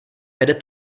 vede